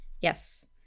Yes